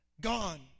gone